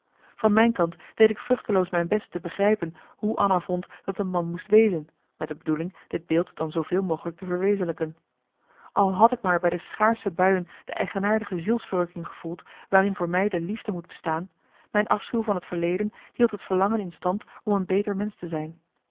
van mijn kant deed ik vruchteloos mijn best te begrijpen hoe anna vond dat een man moest wezen met de bedoeling dit beeld dan zooveel mogelijk te verwezenlijken al had ik maar bij schaarsche buien de eigenaardige zielsverrukking gevoeld waarin voor mij de liefde moet bestaan mijn afschuw van het verleden hield het verlangen in stand om een beter mensch te zijn